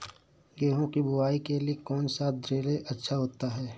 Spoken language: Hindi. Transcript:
गेहूँ की बुवाई के लिए कौन सा सीद्रिल अच्छा होता है?